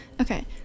Okay